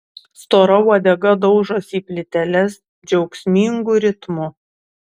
stora uodega daužosi į plyteles džiaugsmingu ritmu